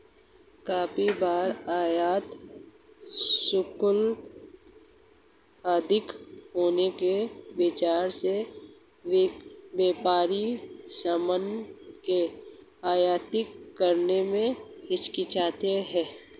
काफी बार आयात शुल्क अधिक होने की वजह से व्यापारी सामान का आयात करने में हिचकिचाते हैं